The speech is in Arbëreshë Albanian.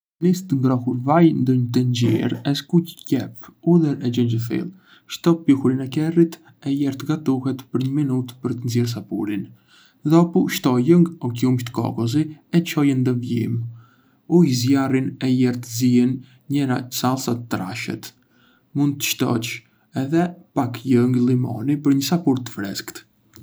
Nisë të ngrohur vaj ndë një tenxhere e skuq qepë, hudhër e xhenxhefil. Shto pluhurin e kerrit e lëre të gatuhet për një minutë për të nxjerrë sapúrn. dhopu, shto lëng o qumësht kokosi e çoje ndë vlim. Ul zjarrin e lëri të ziejndë njèra salca të trashet. Mund të shtosh edhé pak lëng limoni për një sapúr të freskët.